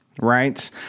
right